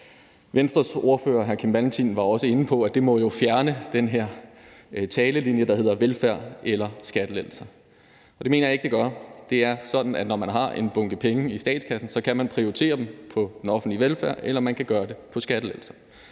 Venstres ordfører, hr. Kim Valentin, var også inde på, at det jo må fjerne den her linje om, at det enten er velfærd eller skattelettelser, og det mener jeg ikke at det gør. Det er sådan, at når man har en bunke penge i statskassen, så kan man prioritere dem på den offentlige velfærd, eller man kan gøre det på skattelettelser.